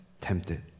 Tempted